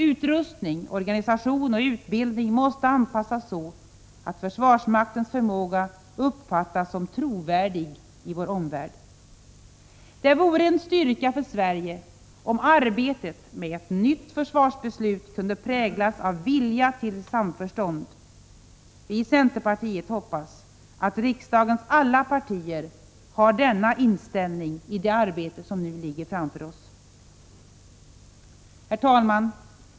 Utrustning, organisation och utbildning måste anpassas så att försvarsmaktens förmåga uppfattas som trovärdig i vår omvärld. Det vore en styrka för Sverige om arbetet med ett nytt försvarsbeslut kunde präglas av vilja till samförstånd. Vi i centerpartiet hoppas att riksdagens alla partier har denna inställning i det arbete som nu ligger framför oss. Herr talman!